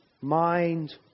mind